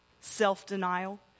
Self-denial